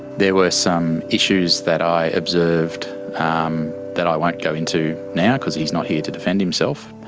there were some issues that i observed um that i won't go into now because he's not here to defend himself.